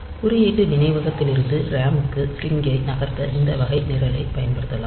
குறியீட்டு நினைவகத்திலிருந்து ரேமுக்கு ஸ்டிரிங் ஐ நகர்த்த இந்த வகை நிரலைப் பயன்படுத்தலாம்